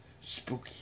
Spooky